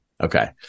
Okay